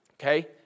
okay